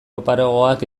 oparoagoak